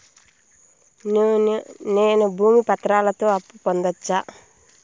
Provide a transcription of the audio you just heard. నేను భూమి పత్రాలతో అప్పు పొందొచ్చా?